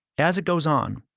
as it goes on,